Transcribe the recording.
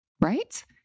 right